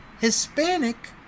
Hispanic